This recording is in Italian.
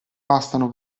bastano